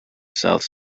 south